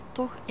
toch